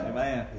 Amen